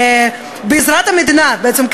בעזרת המדינה בעצם,